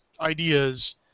ideas